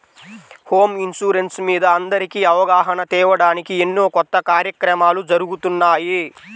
home insurance మీద అందరికీ అవగాహన తేవడానికి ఎన్నో కొత్త కార్యక్రమాలు జరుగుతున్నాయి